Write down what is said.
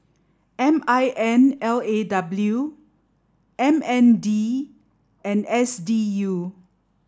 M I N L A W M N D and S U